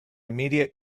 immediate